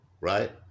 right